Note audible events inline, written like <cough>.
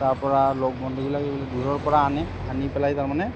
তাৰপৰা লগৰ বন্ধুবিলাক <unintelligible> দূৰৰপৰা আনে আনি পেলাই তাৰমানে